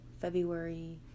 February